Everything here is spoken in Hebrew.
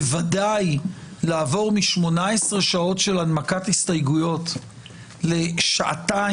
בוודאי לעבור מ-18 שעות של הנמקת הסתייגויות לשעתיים